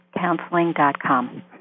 counseling.com